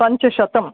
पञ्चशतं